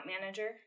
manager